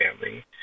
family